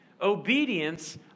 Obedience